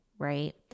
right